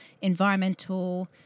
environmental